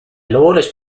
lawless